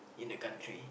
in a country